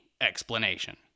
explanation